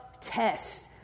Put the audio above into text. test